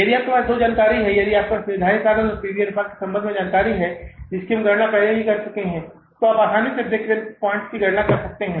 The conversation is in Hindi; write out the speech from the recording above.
यदि आपके पास यह दो जानकारी है यदि आपके पास निर्धारित लागत और पी वी अनुपात के संबंध में जानकारी है जिसकी गणना हम पहले ही कर चुके हैं तो आप आसानी से ब्रेक ईवन बिंदु की गणना कर सकते हैं